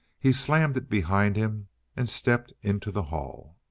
he slammed it behind him and stepped into the hall.